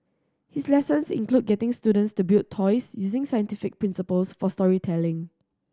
his lessons include getting students to build toys using scientific principles for storytelling